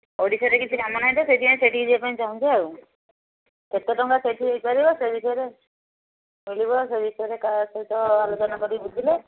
ଓଡ଼ିଶାରେ କିଛି କାମ ନାହିଁ ତ ସେଇଥିପାଇଁ ସେଇଠି ଯିବା ପାଇଁ ଚାହୁଁଛି ଆଉ କେତେ ଟଙ୍କା ସେଇଠି ହୋଇପାରିବ ସେ ବିଷୟରେ ମିଳିବ ସେ ବିଷୟରେ କାହା ସହିତ ଆଲୋଚନା କରିକି ବୁଝିଲେ